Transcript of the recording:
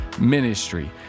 ministry